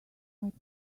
might